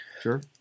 Sure